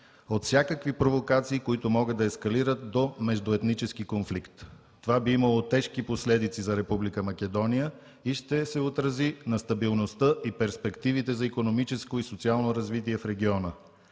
от всякакви провокации, които могат да ескалират до междуетнически конфликт. Това би имало тежки последици за Република Македония и ще се отрази на стабилността и перспективите за икономическо и социално развитие в региона.